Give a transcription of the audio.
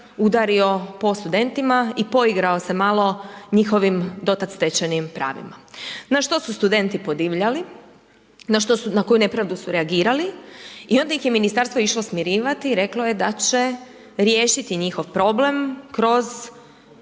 udario po studentima i poigrao se malo njihovim do tad stečenim pravima. Na što su studenti podivljali, na koju nepravdu su reagirali. I onda ih je ministarstvo išlo smirivati i reklo je da će riješiti njihov problem kroz